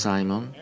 Simon